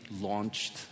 launched